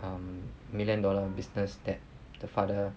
um million dollar business that the father